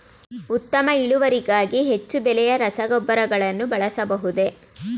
ಉತ್ತಮ ಇಳುವರಿಗಾಗಿ ಹೆಚ್ಚು ಬೆಲೆಯ ರಸಗೊಬ್ಬರಗಳನ್ನು ಬಳಸಬಹುದೇ?